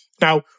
Now